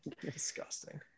disgusting